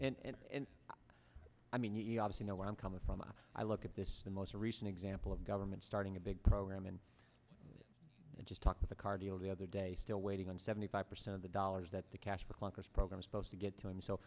and i mean you obviously know where i'm coming from a i look at this the most recent example of government starting a big program and i just talked with a cardioid the other day still waiting on seventy five percent of the dollars that the cash for clunkers program supposed to get to him so